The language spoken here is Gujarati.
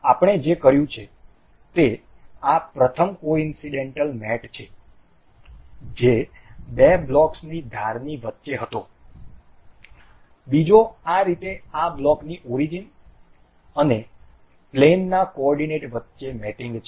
આપણે જે કર્યું છે તે આ પ્રથમ કોઇન્સડેન્ટલ મેટ છે જે બે બ્લોક્સની ધારની વચ્ચે હતો અને બીજો આ રીતે આ બ્લોકની ઓરીજીન અને પ્લેનનાં કોઓર્ડીનેટ વચ્ચે મેટીંગ છે